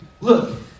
look